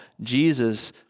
Jesus